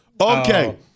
Okay